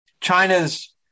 China's